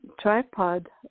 tripod